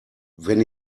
wenn